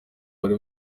bari